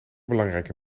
belangrijke